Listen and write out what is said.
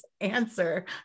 answer